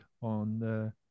on